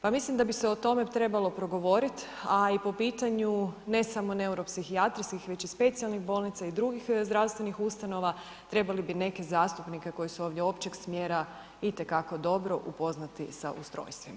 Pa mislim da bi se o tome trebalo progovoriti a i po pitanju ne samo neuropsihijatrijskih već i specijalnih bolnica i drugih zdravstvenih ustanova trebali bi neke zastupnike koji su ovdje općeg smjera i te kako dobro upoznati sa ustrojstvima.